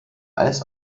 als